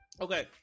Okay